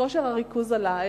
כושר הריכוז עלה,